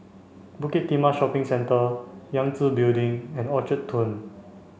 Bukit Timah Shopping Centre Yangtze Building and Orchard Turn